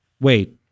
Wait